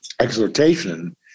exhortation